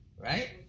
Right